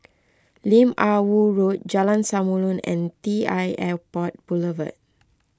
Lim Ah Woo Road Jalan Samulun and T l Airport Boulevard